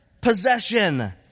possession